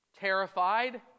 terrified